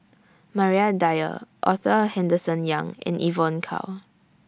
Maria Dyer Arthur Henderson Young and Evon Kow